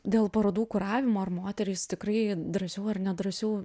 dėl parodų kuravimo ar moterys tikrai drąsiau ar nedrąsiau